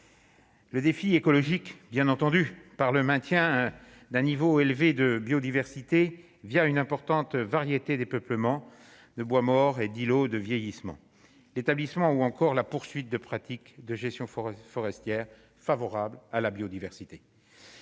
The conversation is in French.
Le défi écologique bien entendu par le maintien d'un niveau élevé de biodiversité via une importante variété des peuplements de bois mort et d'îlots de vieillissement, l'établissement ou encore la poursuite de pratiques de gestion forestières favorables à la biodiversité.